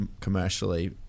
commercially